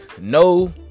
no